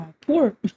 poor